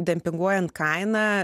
dempinguojant kainą